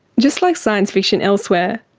just like science fiction elsewhere,